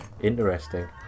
Interesting